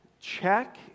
check